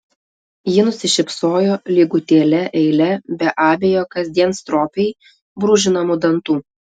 ji nusišypsojo lygutėle eile be abejo kasdien stropiai brūžinamų dantų